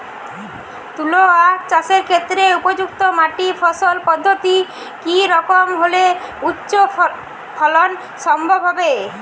তুলো আঁখ চাষের ক্ষেত্রে উপযুক্ত মাটি ফলন পদ্ধতি কী রকম হলে উচ্চ ফলন সম্ভব হবে?